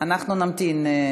אנחנו נמתין.